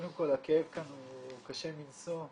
הכאב כאן הוא קשה מנשוא ותנחומיי.